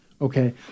okay